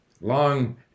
long